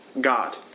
God